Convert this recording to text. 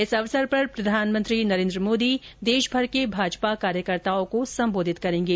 इस अवसर पर प्रधानमंत्री नरेन्द्र मोदी देशभर के भाजपा कार्यकर्ताओं को संबोधित करेंगे